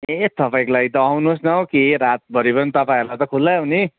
ए तपाईँको लागि त आउनुहोस् न हौ के रात परे पनि तपाईँहरूलाई त खुल्लै हो नि